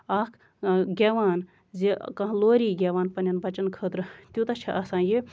اکھ گٮ۪وان زِ کانہہ لوری گٮ۪وان پَنٕنٮ۪ن بَچن خٲطرٕ تیوٗتاہ چھُ آسان یہِ